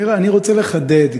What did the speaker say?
אני רוצה לחדד,